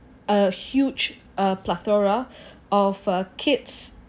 a huge a plethora of a kids